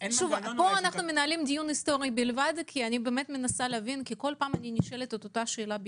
אנחנו מנהלים דיון היסטורי בלבד כי בכל פעם אני נשאלת את אותה שאלה,